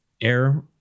air